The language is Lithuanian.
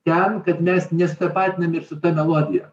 ten kad mes nesitapatinam ir su ta melodija